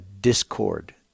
discord